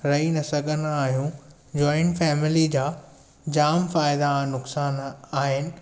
रही न सघंदा आहियूं जॉइंट फैमिली जा जाम फ़ाइदा ऐं नुक़सानु आहिनि